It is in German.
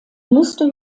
muster